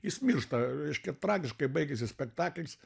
jis miršta reiškia tragiškai baigėsi spektaklis